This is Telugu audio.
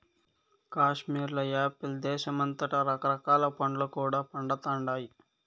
కాశ్మీర్ల యాపిల్ దేశమంతటా రకరకాల పండ్లు కూడా పండతండాయి